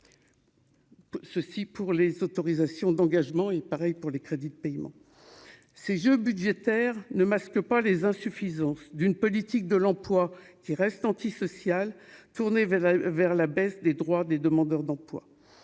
Ceci pour les autorisations d'engagement et pareil pour les crédits de paiement ces jeux budgétaire ne masque pas les insuffisances d'une politique de l'emploi qui reste antisocial tournés vers vers la baisse des droits des demandeurs d'emploi